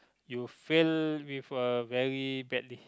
you failed with a very badly